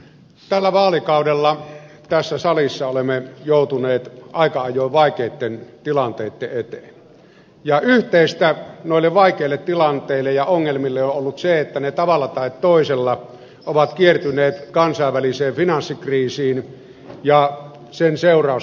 tällä vaalikaudella tässä salissa olemme joutuneet aika ajoin vaikeitten tilanteitten eteen ja yhteistä noille vaikeille tilanteille ja ongelmille on ollut se että ne tavalla tai toisella ovat kiertyneet kansainväliseen finanssikriisiin ja sen seurausten ympärille